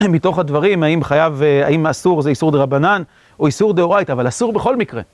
מתוך הדברים האם חייב, האם אסור זה איסור דרבנן או איסור דאורייתא, אבל אסור בכל מקרה.